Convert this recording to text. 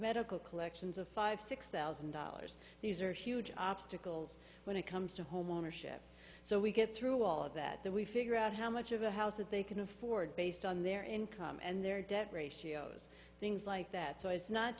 medical collections of five six thousand dollars these are huge obstacles when it comes to homeownership so we get through all of that that we figure out how much of a house that they can afford based on their income and their debt ratios things like that so it's not